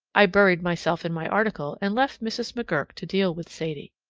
i buried myself in my article and left mrs. mcgurk to deal with sadie.